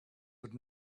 would